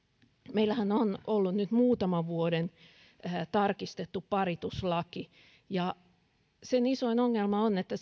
meillähän on ollut nyt muutaman vuoden tarkistettu parituslaki ja sen isoin ongelma on että